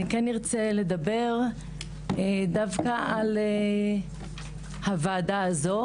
אני כן ארצה לדבר דווקא על הוועדה הזו,